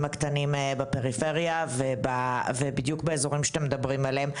הקטנים בפריפריה ובאזורים שאתם מדברים עליהם.